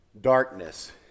Darkness